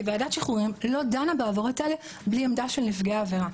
כי ועדת שחרורים לא דנה בעבירות האלה בלי עמדה של נפגעי העבירה.